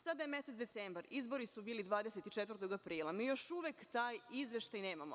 Sada je mesec decembar, izbori su bili 24. aprila, a mi još uvek taj izveštaj nemamo.